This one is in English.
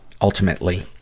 ultimately